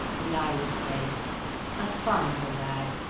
and i would say alphonso, lad,